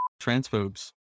transphobes